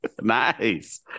Nice